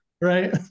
right